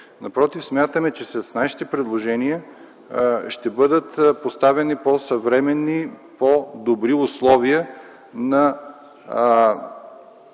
Напротив, смятаме, че с нашите предложения ще бъдат поставени по-съвременни, по-добри условия на